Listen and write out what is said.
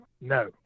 No